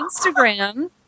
Instagram